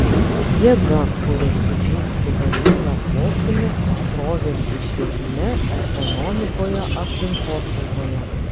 jėga kuri suteiktų galingą postūmį proveržiui švietime ekonomikoje aplinkosaugoje